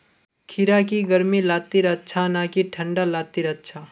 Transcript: खीरा की गर्मी लात्तिर अच्छा ना की ठंडा लात्तिर अच्छा?